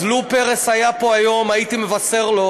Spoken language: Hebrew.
אז לו פרס היה פה היום הייתי מבשר לו